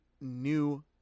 new